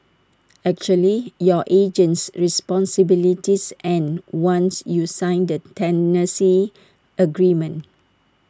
actually your agent's responsibilities end once you sign the tenancy agreement